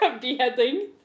Beheading